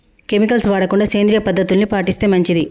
chemicals వాడకుండా సేంద్రియ పద్ధతుల్ని పాటిస్తే మంచిది